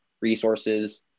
resources